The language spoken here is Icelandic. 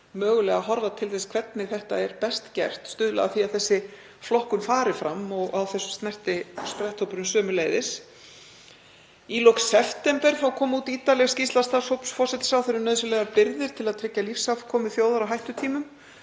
mögulega að horfa til þess hvernig þetta verður best gert, stuðla að því að þessi flokkun fari fram og á þessu snerti spretthópurinn sömuleiðis. Í lok september kom út ítarleg skýrsla starfshóps forsætisráðherra um nauðsynlegar birgðir til að tryggja lífsafkomu þjóðar á hættutímum.